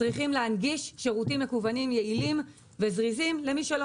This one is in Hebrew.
צריכים להנגיש שירותים מקוונים יעילים וזריזים למי שלא